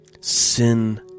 Sin